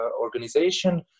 organization